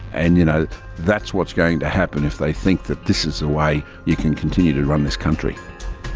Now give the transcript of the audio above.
and you know that's what's going to happen if they think that this is the way you can continue to run this country.